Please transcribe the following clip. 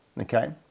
okay